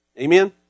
Amen